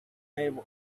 never